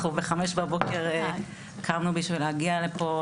אנחנו בחמש בבוקר קמנו בשביל להגיע לפה.